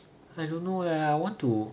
I don't know leh I want to